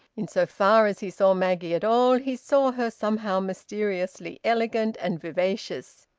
in so far as he saw maggie at all, he saw her somehow mysteriously elegant and vivacious.